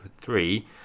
three